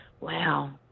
Wow